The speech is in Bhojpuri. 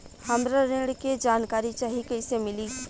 हमरा ऋण के जानकारी चाही कइसे मिली?